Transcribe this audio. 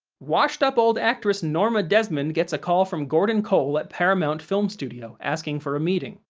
washed up old actress norma desmond gets a call from gordon cole at paramount film studio asking for a meeting.